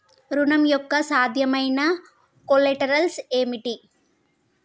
ఋణం యొక్క సాధ్యమైన కొలేటరల్స్ ఏమిటి?